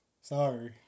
Sorry